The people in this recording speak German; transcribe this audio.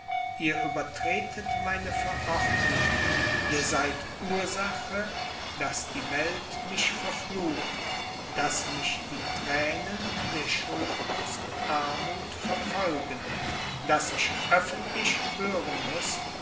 ihr übertretet meine verordnungen ihr seid ursache daß die welt mich verflucht daß mich die thränen der schuldlosen armuth verfolgen daß ich öffentlich hören muß